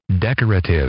Decorative